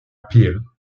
peel